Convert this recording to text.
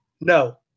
no